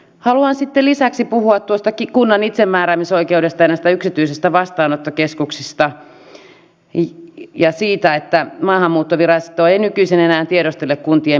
nyt kuitenkin siirrytään vähitellen ensi vuoden aikana tämän tulevan budjetin aikana siihen vaiheeseen jossa kuntakenttä ottaa vastuun kotouttamisvaiheesta